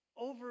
over